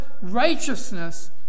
righteousness